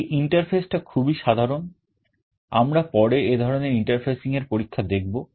এই interface টা খুবই সাধারণ আমরা পরে এ ধরনের interfacing এর পরীক্ষা দেখব